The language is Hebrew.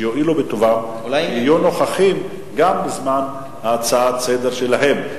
שיואילו בטובם ויהיו נוכחים גם בזמן ההצעה לסדר-היום שלהם.